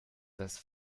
das